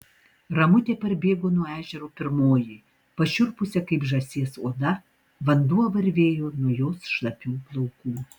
ramutė parbėgo nuo ežero pirmoji pašiurpusia kaip žąsies oda vanduo varvėjo nuo jos šlapių plaukų